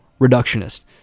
reductionist